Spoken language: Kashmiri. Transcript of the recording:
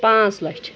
پانٛژھ لَچھ